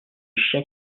chiens